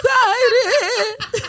excited